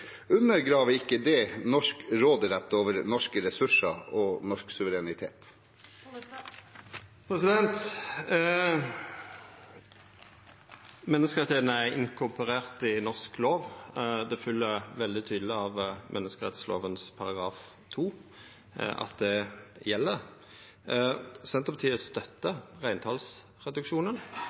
Undergraver ikke det norsk råderett over norske ressurser og norsk suverenitet? Menneskerettane er inkorporerte i norsk lov, det følgjer veldig tydeleg av menneskerettslova § 2 at det gjeld. Senterpartiet